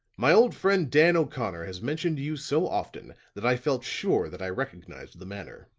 my old friend dan o'connor has mentioned you so often that i felt sure that i recognized the manner.